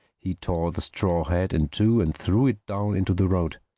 he tore the straw hat in two and threw it down into the road.